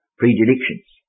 predilections